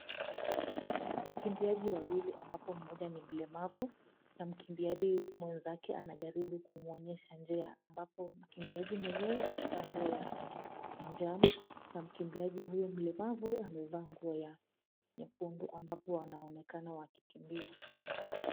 Wakimbiaji wawili ambapo mmoja ni mlemavu na mkimbiaji mwenzake anajaribu kumuonyesha njia ambapo mkimbiaji mwenyewe amevaa nguo ya manjano na mkimbiaji huyo mlemavu amevaa nguo ya nyekundu ambapo wanaonekana wakikimbia.